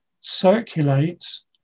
circulates